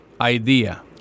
idea